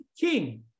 king